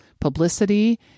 publicity